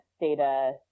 data